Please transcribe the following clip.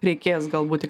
reikės galbūt